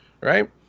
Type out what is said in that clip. right